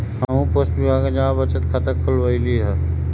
हम्हू पोस्ट विभाग में जमा बचत खता खुलवइली ह